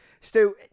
Stu